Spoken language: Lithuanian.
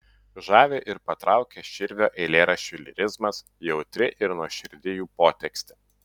žavi ir patraukia širvio eilėraščių lyrizmas jautri ir nuoširdi jų potekstė